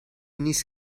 نیست